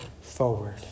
forward